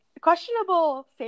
questionable